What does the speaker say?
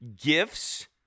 gifts